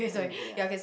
mm ya